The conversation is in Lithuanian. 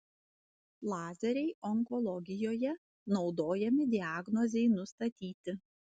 lazeriai onkologijoje naudojami diagnozei nustatyti